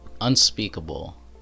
unspeakable